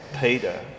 Peter